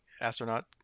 astronaut